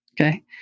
Okay